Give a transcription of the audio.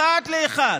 אחד לאחד.